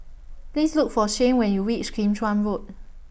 Please Look For Shayne when YOU REACH Kim Chuan Road